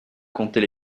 compter